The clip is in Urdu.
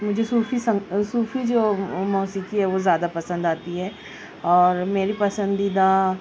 مجھے صوفی سنگ صوفی جو موسیقی ہے وہ زیادہ پسند آتی ہے اور میری پسندیدہ